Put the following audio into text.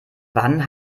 wann